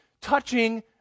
touching